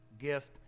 gift